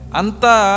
anta